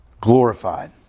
glorified